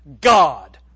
God